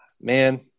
man